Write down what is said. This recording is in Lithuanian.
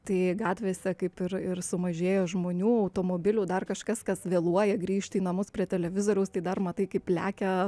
tai gatvėse kaip ir ir sumažėjo žmonių automobilių dar kažkas kas vėluoja grįžti į namus prie televizoriaus tai dar matai kaip lekia